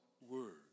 word